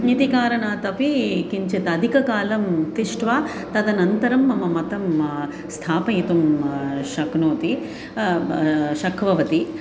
इति कारणादपि किञ्चित् अधिककालं तिष्ठ्वा तदनन्तरं मम मतं स्थापयितुं शक्नोति ब शक्तवती